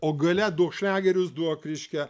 o gale duok šlagerius duok reiškia